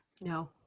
no